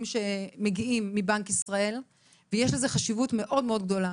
שמגיעים מבנק ישראל ויש חשיבות גדולה